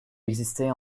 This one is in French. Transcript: existait